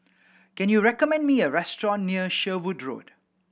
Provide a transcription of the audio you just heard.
can you recommend me a restaurant near Sherwood Road